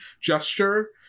gesture